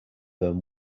them